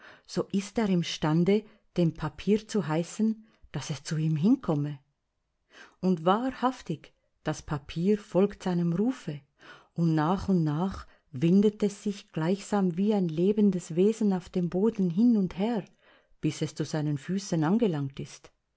so ist er imstande dem papier zu heißen daß es zu ihm hinkomme und wahrhaftig das papier folgt seinem rufe und nach und nach windet es sich gleichsam wie ein lebendes wesen auf dem boden hin und her bis es zu seinen füßen angelangt ist